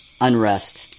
Unrest